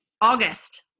August